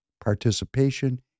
participation